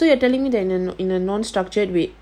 so you are telling me that in a in a non structured way